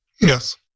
Yes